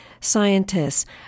scientists